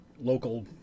local